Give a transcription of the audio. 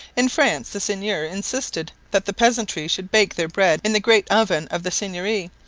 in france the seigneur insisted that the peasantry should bake their bread in the great oven of the seigneury,